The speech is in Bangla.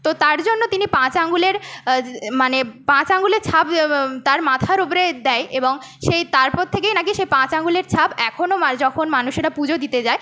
তো তার জন্য তিনি পাঁচ আঙুলের মানে পাঁচ আঙুলের ছাপ তার মাথার উপরে দেয় এবং সেই তারপর থেকেই নাকি সেই পাঁচ আঙুলের ছাপ এখনও যখন মানুষ সেটা পুজো দিতে যায়